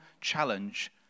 challenge